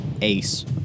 ace